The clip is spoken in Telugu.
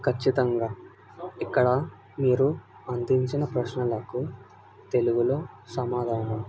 ఖచ్చితంగా ఇక్కడ మీరు అందించిన ప్రశ్నలకు తెలుగులో సమాధానం